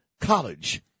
College